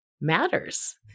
matters